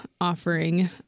offering